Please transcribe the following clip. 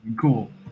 cool